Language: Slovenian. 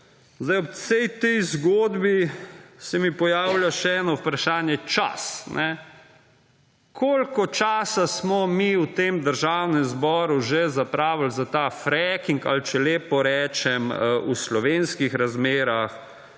V vsej tej zgodbi se mi pojavlja še eno vprašanje čas. Koliko časa smo mi v tem Državnem zboru že zapravili za ta freaking ali če lepo rečem v slovenskih razmerah